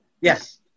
yes